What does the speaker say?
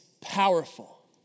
powerful